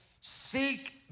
seek